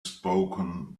spoken